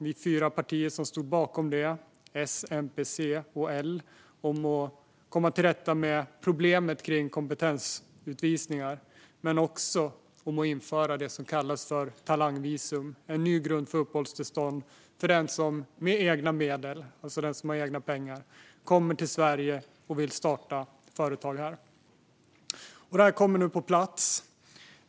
Vi fyra partier som stod bakom januariavtalet - S, MP, C och L - enades om att komma till rätta med problemet med kompetensutvisningar och också om att införa så kallade talangvisum, en ny grund för uppehållstillstånd för den som med egna medel, alltså med egna pengar, kommer till Sverige och vill starta företag här. Detta kommer nu på plats.